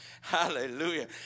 Hallelujah